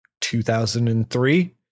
2003